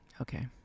Okay